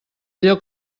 allò